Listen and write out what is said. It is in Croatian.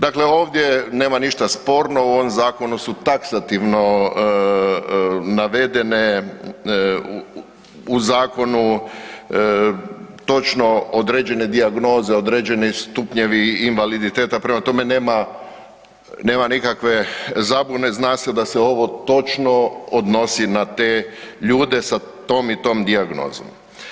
Dakle ovdje nama ništa sporno, u ovom zakonu su taksativno navedene u zakonu točno određene dijagnoze, određeni stupnjevi invaliditeta, prema tome, nema nikakve zabune, zna se da se ovo točno odnosi na te ljude sa tom i tom dijagnozom.